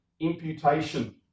imputation